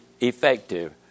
effective